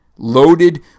Loaded